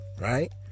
Right